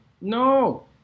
No